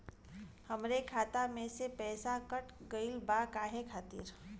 हमरे खाता में से पैसाकट गइल बा काहे खातिर?